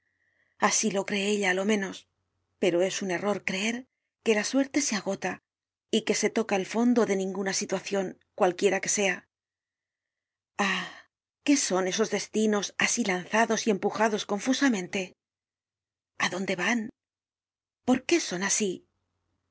asi lo cree ella á lo menos pero es un error creer que la suerte se agota y que se toca el fondo de ninguna situacion cualquiera que sea ah qué son esos destinos asi lanzados y empujados confusamente a dónde van por qué son asi